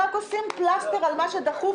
שמים פלסטר על מה שדחוף,